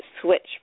switch